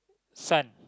sun